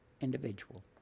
individual